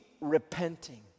repenting